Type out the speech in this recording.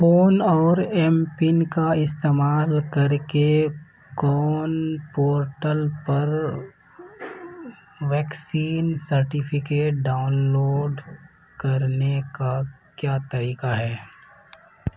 phone اور M PIN کا استعمال کر کے کون پورٹل پر ویکسین سرٹیفکیٹ ڈاؤن لوڈ کرنے کا کیا طریقہ ہے